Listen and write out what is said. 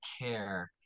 care